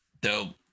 Dope